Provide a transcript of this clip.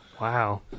Wow